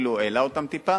אפילו העלה אותם טיפה.